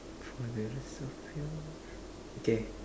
for the rest of your okay